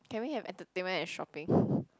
can we have entertainment and shopping